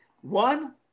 One